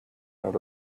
out